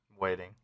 Waiting